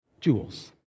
Jewels